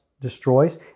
destroys